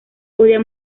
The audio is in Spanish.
podía